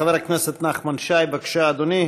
חבר הכנסת נחמן שי, בבקשה, אדוני.